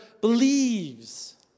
believes